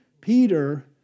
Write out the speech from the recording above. Peter